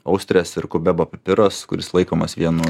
austrės ir kubebo pipiras kuris laikomas vienu